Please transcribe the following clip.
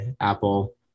Apple